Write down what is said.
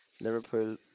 Liverpool